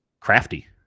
crafty